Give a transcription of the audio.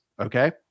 Okay